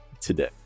today